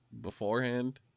beforehand